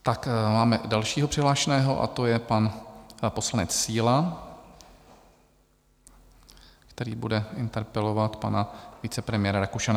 Tak máme dalšího přihlášeného, a to je pan poslanec Síla, který bude interpelovat pana vicepremiéra Rakušana.